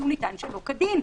כי הוא ניתן שלא כדין.